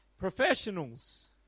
Professionals